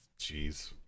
Jeez